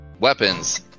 Weapons